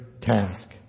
task